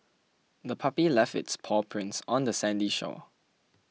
the puppy left its paw prints on the sandy shore